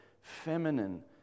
feminine